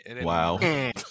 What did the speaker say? wow